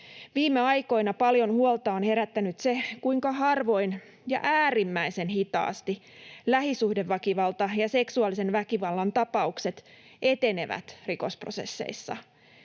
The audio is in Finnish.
Viime aikoina paljon huolta on herättänyt se, kuinka harvoin ja äärimmäisen hitaasti lähisuhdeväkivallan ja seksuaalisen väkivallan tapaukset etenevät rikosprosesseissa.